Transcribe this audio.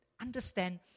understand